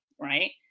Right